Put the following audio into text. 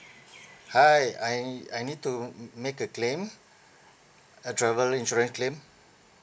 hi I I need to make a claim a travel insurance claim